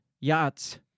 Yachts